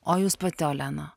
o jūs pati olena